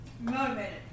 motivated